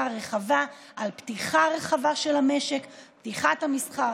רחבה על פתיחה רחבה של המשק: פתיחת המסחר,